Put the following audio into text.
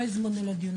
לא הוזמנו לדיון.